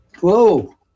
Whoa